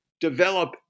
develop